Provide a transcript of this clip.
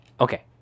Okay